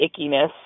ickiness